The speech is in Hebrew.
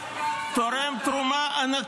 חבר הכנסת שטרן,